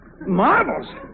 Marbles